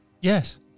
Yes